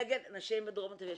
נגד נשים בדרום תל אביב.